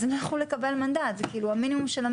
אז הוא לא יכול לקבל מנדט, זה המינימום שנדרש.